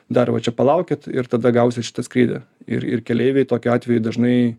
dar va čia palaukit ir tada gausit šitą skrydį ir ir keleiviai tokiu atveju dažnai